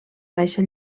baixa